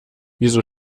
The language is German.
wieso